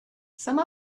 some